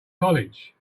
college